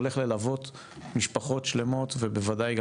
עוד הולך ללוות משפחות שלמות ובוודאי גם